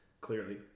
clearly